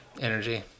energy